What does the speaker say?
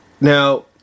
Now